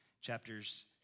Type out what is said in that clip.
chapters